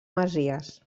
masies